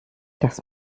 das